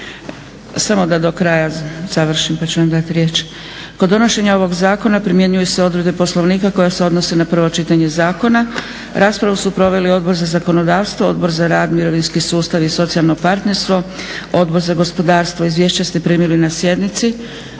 zakona je Vlada RH. Prijedlog akta ste primili. Kod donošenja ovog zakona primjenjuju se odredbe Poslovnika koje se odnose na prvo čitanje zakona. Raspravu su proveli Odbor za zakonodavstvo, Odbor za rad, mirovinski sustav i socijalno partnerstvo, Odbor za gospodarstvo. Izvješća ste primili na sjednici.